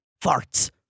farts